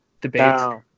debate